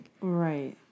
Right